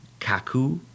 Kaku